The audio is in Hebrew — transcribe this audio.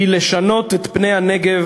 היא לשנות את פני הנגב,